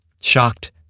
Shocked